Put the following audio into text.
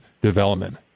development